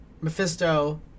Mephisto